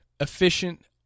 efficient